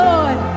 Lord